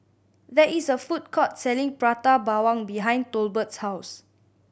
there is a food court selling Prata Bawang behind Tolbert's house